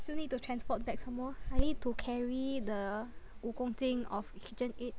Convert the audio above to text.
still need to transport back somemore I need to carry the 五公斤 of KitchenAid